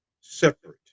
separate